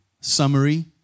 summary